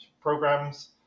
programs